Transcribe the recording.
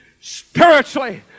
spiritually